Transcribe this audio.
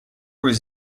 was